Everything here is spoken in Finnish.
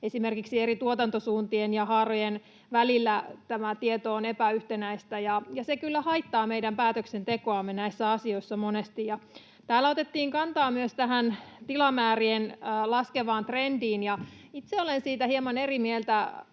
Esimerkiksi eri tuotantosuuntien ja ‑haarojen välillä tieto on epäyhtenäistä, ja se kyllä haittaa meidän päätöksentekoamme näissä asioissa monesti. Täällä otettiin kantaa myös tilamäärien laskevaan trendiin. Itse olen siitä hieman eri mieltä.